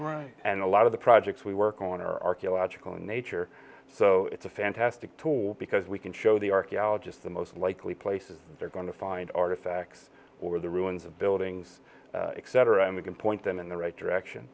right and a lot of the projects we work on are archaeological in nature so it's a fantastic tool because we can show the archaeologists the most likely places they're going to find artifacts or the ruins of buildings etc and we can point them in the right direction